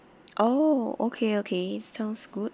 oh okay okay sounds good